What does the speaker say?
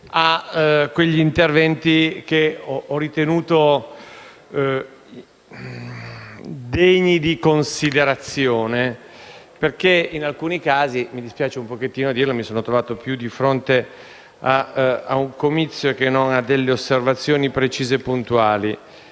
a quegli interventi che ho ritenuto degni di considerazione, perché in alcuni casi ‑ mi dispiace dirlo ‑ mi sono trovato più di fronte a un comizio che ad osservazioni precise e puntuali.